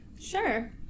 sure